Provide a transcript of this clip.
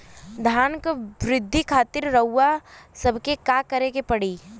धान क वृद्धि खातिर रउआ सबके का करे के पड़ी?